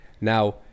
Now